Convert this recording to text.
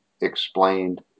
explained